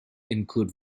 include